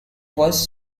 was